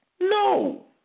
no